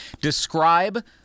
describe